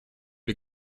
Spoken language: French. les